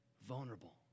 vulnerable